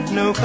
no